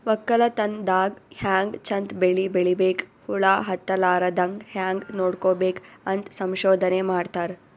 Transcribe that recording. ವಕ್ಕಲತನ್ ದಾಗ್ ಹ್ಯಾಂಗ್ ಚಂದ್ ಬೆಳಿ ಬೆಳಿಬೇಕ್, ಹುಳ ಹತ್ತಲಾರದಂಗ್ ಹ್ಯಾಂಗ್ ನೋಡ್ಕೋಬೇಕ್ ಅಂತ್ ಸಂಶೋಧನೆ ಮಾಡ್ತಾರ್